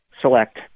select